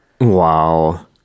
Wow